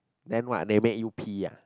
then why they make you pee ya